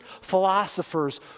philosophers